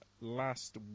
last